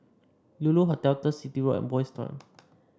Lulu Hotel Turf City Road and Boys' Town